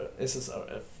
SSRF